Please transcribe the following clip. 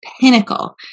pinnacle